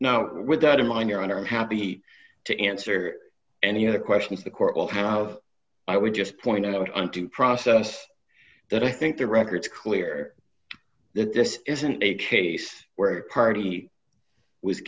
not without a mine your honor i'm happy to answer any other questions the court will have i would just point out onto process that i think the record clear that this isn't a case where the party was